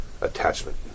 attachment